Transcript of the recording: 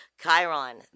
Chiron